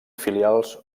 filials